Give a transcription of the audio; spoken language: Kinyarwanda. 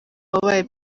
wabaye